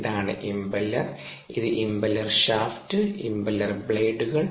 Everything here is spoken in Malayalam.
ഇതാണ് ഇംപെല്ലർ ഇത് ഇംപെല്ലർ ഷാഫ്റ്റ് ഇംപെല്ലർ ബ്ലേഡുകൾ